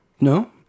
No